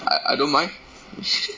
I I don't mind